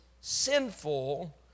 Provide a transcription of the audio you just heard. sinful